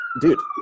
dude